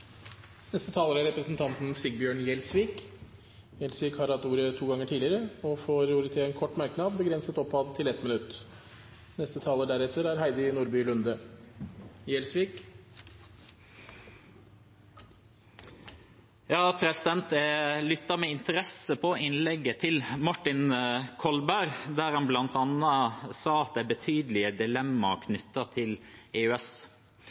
Representanten Sigbjørn Gjelsvik har hatt ordet to ganger tidligere og får ordet til en kort merknad, begrenset til 1 minutt. Jeg lyttet med interesse på innlegget til Martin Kolberg, der han bl.a. sa at det er betydelige dilemmaer knyttet til EØS.